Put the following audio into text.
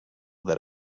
that